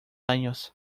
años